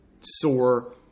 sore